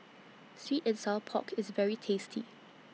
Sweet and Sour Pork IS very tasty